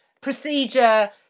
procedure